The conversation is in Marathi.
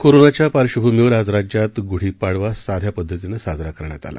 कोरोनाच्या पार्श्वभूमीवर आज राज्यात गुढी पाडवा साधेपद्धतिनं साजरा केला गेला